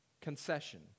Concession